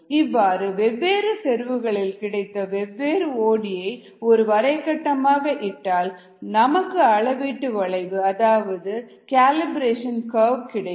இவ்வாறு வெவ்வேறு செறிவுகளில் கிடைத்த வெவ்வேறு ஓடி நாம் ஒரு வரைகட்டமாக இட்டால் நமக்கு அளவீட்டு வளைவு அதாவது கலிப்ரேஷன் கர்வு கிடைக்கும்